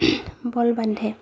বল বান্ধে